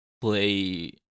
play